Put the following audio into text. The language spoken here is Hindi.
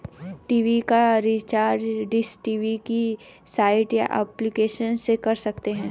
टी.वी का रिचार्ज डिश टी.वी की साइट या एप्लीकेशन से कर सकते है